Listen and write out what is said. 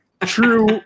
True